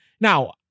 Now